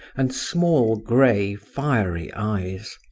and small, grey, fiery eyes.